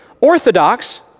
orthodox